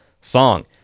song